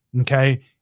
Okay